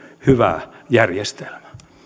hyvä järjestelmä